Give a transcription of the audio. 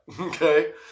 okay